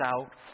out